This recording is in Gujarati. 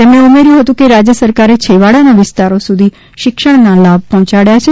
તેમણે ઉમેર્યું હતું કે રાજ્ય સરકારે છેવાડાના વિસ્તારો સુધી શિક્ષણના લાભો પહોચાડયા છે